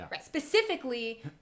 specifically